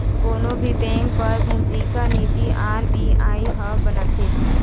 कोनो भी बेंक बर मोद्रिक नीति आर.बी.आई ह बनाथे